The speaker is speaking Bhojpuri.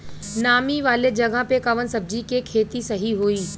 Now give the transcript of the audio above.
नामी वाले जगह पे कवन सब्जी के खेती सही होई?